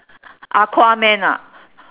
aquaman ah